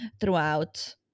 throughout